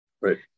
Right